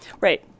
Right